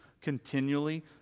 continually